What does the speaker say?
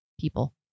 people